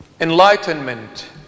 Enlightenment